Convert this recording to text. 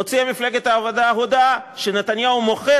הוציאה מפלגת העבודה הודעה שנתניהו מוכר